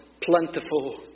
plentiful